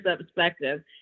perspective